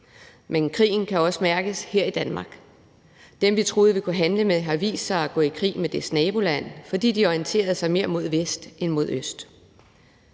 men krigen kan også mærkes her i Danmark. Dem, vi troede vi kunne handle med, har vist sig at gå i krig med deres naboland, fordi de orienterer sig mere mod Vest end mod Øst.